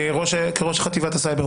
כראש חטיבת הסייבר,